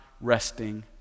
resting